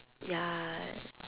ya